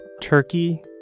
Turkey